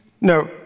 No